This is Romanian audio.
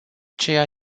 ceea